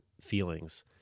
feelings